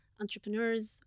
entrepreneurs